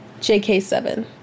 jk7